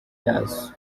yazo